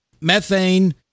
Methane